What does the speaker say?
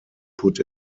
put